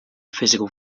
physical